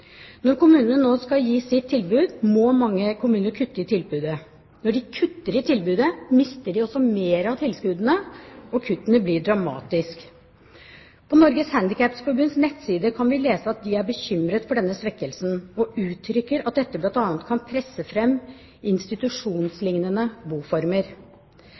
Når kommunene nå skal gi sitt tilbud, må mange kommuner kutte i tilbudet. Når de kutter i tilbudet, mister de også mer av tilskuddene, og kuttene blir dramatiske. På Norges Handikapforbunds nettsider kan vi lese at de er bekymret for denne svekkelsen, og uttrykker at dette bl.a. kan presse fram institusjonsliknende boformer.